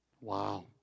Wow